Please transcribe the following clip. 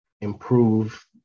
improve